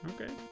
okay